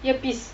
earpiece